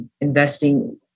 investing